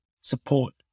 support